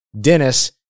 Dennis